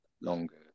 longer